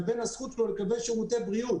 ובין הזכות שלו לקבל שירותי בריאות.